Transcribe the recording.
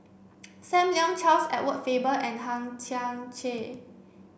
Sam Leong Charles Edward Faber and Hang Chang Chieh